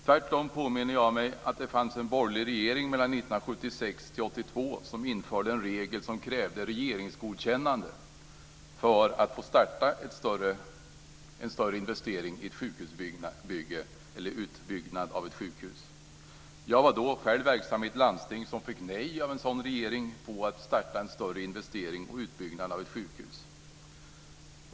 Tvärtom påminner jag mig att det fanns en borgerlig regering 1976-1982 som införde en regel som krävde regeringsgodkännande för att få starta en större investering i ett sjukhusbygge eller en utbyggnad av ett sjukhus. Jag var då själv verksam i ett landsting som fick ett nej av en sådan regering för att starta en större investering och utbyggnad av ett sjukhus.